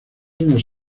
unos